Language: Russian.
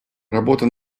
работа